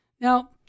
Now